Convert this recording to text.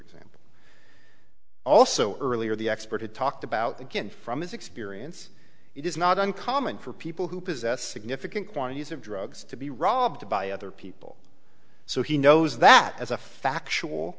example also earlier the expert it talked about again from his experience it is not uncommon for people who possess significant quantities of drugs to be robbed by other people so he knows that as a factual